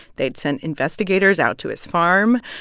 they'd sent investigators out to his farm.